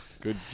Good